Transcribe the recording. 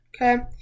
Okay